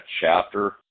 chapter